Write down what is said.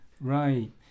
Right